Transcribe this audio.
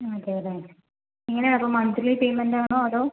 ആ കേരാ എങ്ങനെയാ അത് മന്ത്ലി പേയ്മെൻറ്റ് ആണോ അതോ